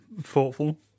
thoughtful